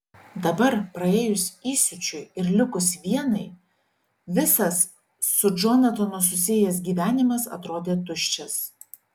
dabar praėjus įsiūčiui ir likus vienai visas su džonatanu susijęs gyvenimas atrodė tuščias